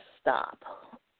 stop